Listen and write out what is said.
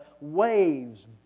waves